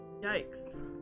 Yikes